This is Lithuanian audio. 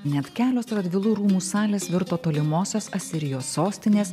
net kelios radvilų rūmų salės virto tolimosios asirijos sostinės